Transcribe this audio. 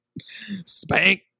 Spank